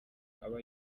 aba